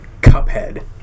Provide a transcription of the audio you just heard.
Cuphead